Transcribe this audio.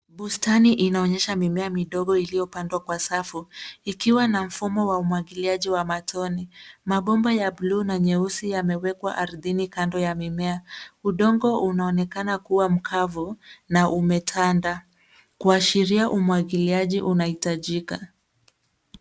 Bustani inaonyesha mimea midogo iliyopandwa kwa safu ikiwa na fomu ya umwagiliaji wa matone. Mabomba ya buluu na nyeusi yamewekwa ardhini kando ya mimea. udongo unaonekana kuwa mkavu na umetanda kuashiria umwagiliaji unahitajika.